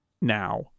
now